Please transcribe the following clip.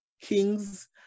kings